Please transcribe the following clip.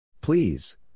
please